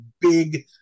big